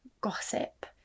gossip